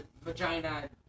vagina